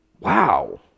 wow